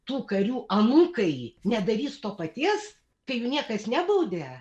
tų karių anūkai nedarys to paties kai jų niekas nebaudė